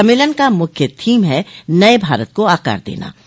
सम्मेलन का मुख्य थीम है नए भारत को आकार देना